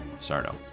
Sardo